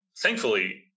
Thankfully